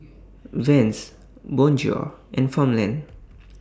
Vans Bonjour and Farmland